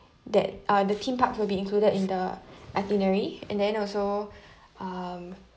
that uh the theme parks will be included in the itinerary and then also um